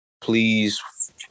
Please